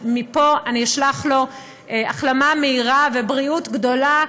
שמפה אני אשלח לו החלמה מהירה ובריאות גדולה.